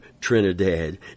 Trinidad